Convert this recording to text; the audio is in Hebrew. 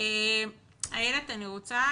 איילת אני רוצה